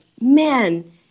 man